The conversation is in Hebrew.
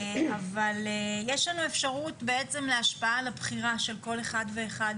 אבל יש לנו אפשרות בעצם להשפעה על הבחירה של כל אחד ואחד